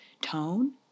tone